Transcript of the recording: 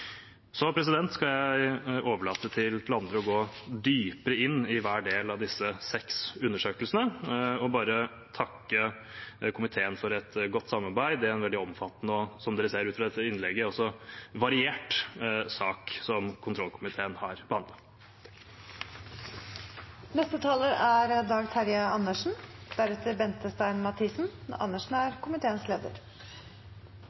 skal overlate til andre å gå dypere inn i hver del av disse seks undersøkelsene og bare takke komiteen for et godt samarbeid i en veldig omfattende og, som dere også ser av dette innlegget, variert sak som kontrollkomiteen har behandlet. Takk til oversaksordføreren, som han har fått tittel som, Freddy André Øvstegård. Vi er